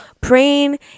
praying